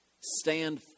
stand